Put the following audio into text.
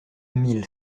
mille